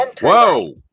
Whoa